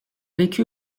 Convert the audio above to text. vécu